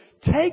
Take